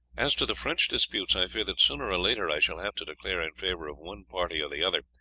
as to the french disputes, i fear that sooner or later i shall have to declare in favour of one party or the other,